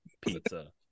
pizza